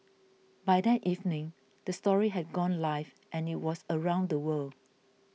by that evening the story had gone live and it was around the world